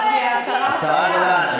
חצופה.